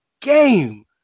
game